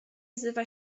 wzywa